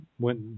went